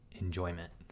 enjoyment